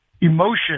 emotion